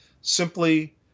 simply